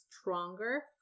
stronger